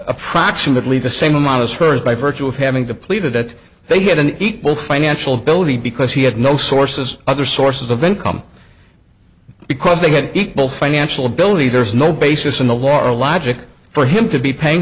approximately the same amount as hers by virtue of having depleted that they had an equal financial building because he had no sources other sources of income because they had equal financial ability there's no basis in the law or logic for him to be paying